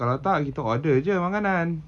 kalau tak kita order jer makanan